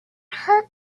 her